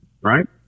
right